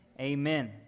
Amen